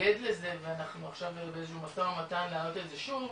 התנגדו לזה ואנחנו עכשיו באיזשהו משא ומתן להעלות את זה שוב,